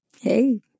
Hey